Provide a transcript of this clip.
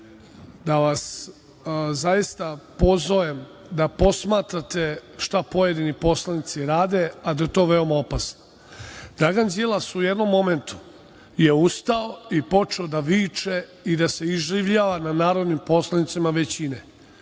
da vas zaista pozovem da posmatrate šta pojedini poslanici rade, a da je to veoma opasno. Dragan Đilas u jednom momentu je ustao i počeo da viče i da se izživljava na narodnim poslanicima većine.